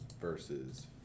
versus